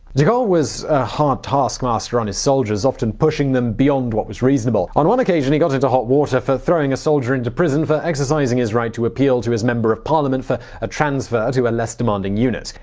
de gaulle was a hard taskmaster on his soldiers, often pushing them beyond what was reasonable. on one occasion he got into hot water for throwing a soldier into prison for exercising his right to appeal to his member of parliament for a transfer to a less demanding unit.